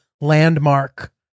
landmark